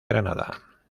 granada